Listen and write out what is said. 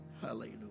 Hallelujah